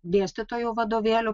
dėstytojų vadovėlių